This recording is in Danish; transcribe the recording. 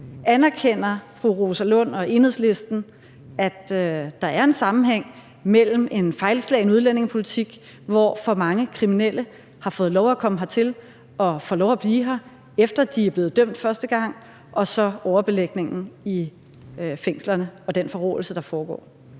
Anerkender fru Rosa Lund og Enhedslisten, at der er en sammenhæng mellem en fejlslagen udlændingepolitik, hvor for mange kriminelle har fået lov at komme hertil og får lov at blive her, efter de er blevet dømt første gang, og overbelægningen i fængslerne og den forråelse, der foregår?